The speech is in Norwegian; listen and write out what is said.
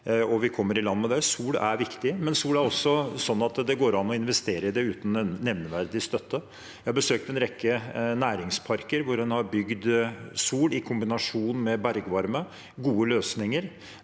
Sol er viktig, men sol er også sånn at det går an å investere i det uten nevneverdig støtte. Jeg har besøkt en rekke næringsparker hvor en har bygd solkraftanlegg i kombinasjon med bergvarme – gode løsninger.